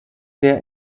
der